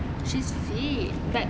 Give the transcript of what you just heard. she's fit but